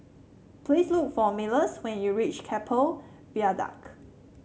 please look for Myles when you reach Keppel Viaduct